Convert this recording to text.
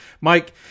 Mike